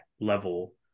level